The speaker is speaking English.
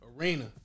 arena